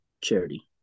Charity